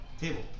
table